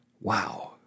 wow